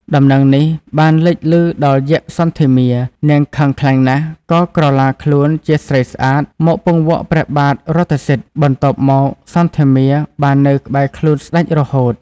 ដំណឹងនេះបានលេចលឺដល់យក្ខសន្ធមារ នាងខឹងខ្លាំងណាស់ក៏ក្រឡាខ្លួនជាស្រីស្អាតមកពង្វក់ព្រះបាទរថសិទ្ធិ បន្ទាប់មកសន្ធមារបាននៅក្បែរខ្លួនស្តេចរហូត។